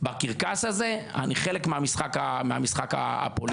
בקרקס הזה אני חלק מהמשחק הפוליטי,